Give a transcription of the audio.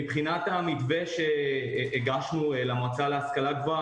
מבחינת המתווה שהגשנו למועצה להשכלה גבוהה.